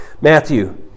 Matthew